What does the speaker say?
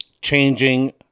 changing